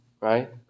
right